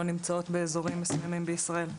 נמצאות באזורים מסוימים במדינת ישראל.